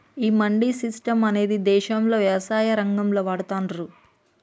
ఈ మండీ సిస్టం అనేది ఇదేశాల్లో యవసాయ రంగంలో వాడతాన్రు